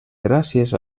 gràcies